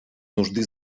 нужды